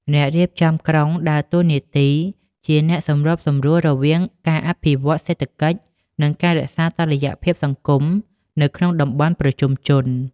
អ្នករៀបចំក្រុងដើរតួនាទីជាអ្នកសម្របសម្រួលរវាងការអភិវឌ្ឍសេដ្ឋកិច្ច និងការរក្សាតុល្យភាពសង្គមនៅក្នុងតំបន់ប្រជុំជន។